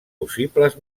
possibles